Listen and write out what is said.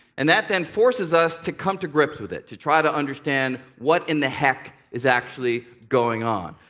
and that then forces us to come to grips with it, to try to understand what in the heck is actually going on.